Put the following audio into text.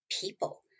people